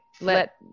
let